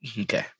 okay